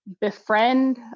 befriend